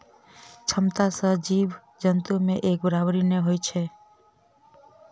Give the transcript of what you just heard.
क्षमता सभ जीव जन्तु मे एक बराबरि नै होइत छै